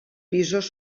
pisos